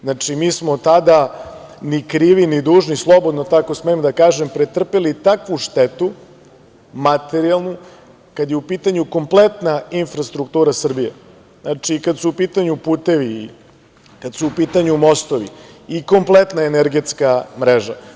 Znači, mi smo tada, ni krivi ni dužni, slobodno tako smem da kažem, pretrpeli takvu materijalnu štetu, kad je u pitanju kompletna infrastruktura Srbije, znači, kad su u pitanju putevi, kad su u pitanju mostovi i kompletna energetska mreža.